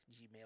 gmail